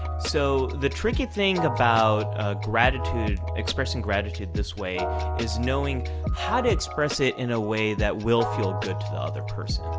so the tricky thing about gratitude expressing gratitude this way is knowing how to express it in a way that will feel good to the other person.